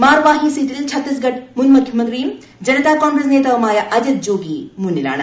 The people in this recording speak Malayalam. മാർവാഹി സീറ്റിൽ ഛത്തീസ്ഗഢ് മുൻമുഖൃമന്ത്രിയും ജനതാ കോൺഗ്രസ് നേതാവുമായ അജിത്ത് ജോഗി മുന്നിലാണ്